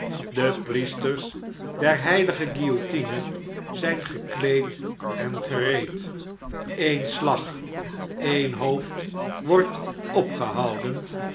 de priesters der heilige guillotine zn gekleed en gereed een slag een hoofd wordt opgehouden